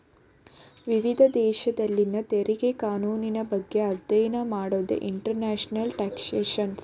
ವಿವಿಧ ದೇಶದಲ್ಲಿನ ತೆರಿಗೆ ಕಾನೂನಿನ ಬಗ್ಗೆ ಅಧ್ಯಯನ ಮಾಡೋದೇ ಇಂಟರ್ನ್ಯಾಷನಲ್ ಟ್ಯಾಕ್ಸ್ಯೇಷನ್